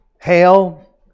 Hail